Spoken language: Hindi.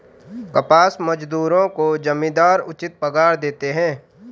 कपास मजदूरों को जमींदार उचित पगार देते हैं